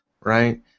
right